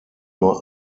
nur